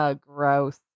Gross